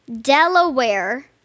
Delaware